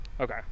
Okay